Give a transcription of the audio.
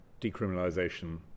decriminalisation